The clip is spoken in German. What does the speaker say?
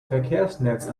verkehrsnetz